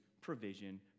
provision